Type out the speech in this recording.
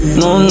no